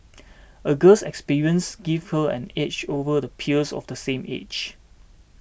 a girl's experiences gave her an edge over the peers of the same age